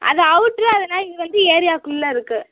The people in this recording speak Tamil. அது அவுட்ரு அதனால் இது வந்து ஏரியாக்குள்ளே இருக்கு